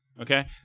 Okay